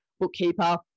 bookkeeper